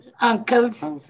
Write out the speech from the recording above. uncles